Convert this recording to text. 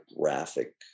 graphic